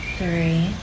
three